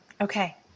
Okay